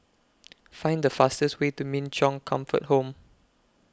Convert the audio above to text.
Find The fastest Way to Min Chong Comfort Home